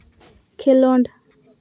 ᱠᱷᱮᱸᱞᱳᱰ